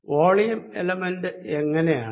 volume element എങ്ങിനെയാണ്